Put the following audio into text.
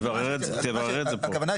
תברר את זה פה.